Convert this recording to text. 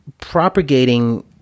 propagating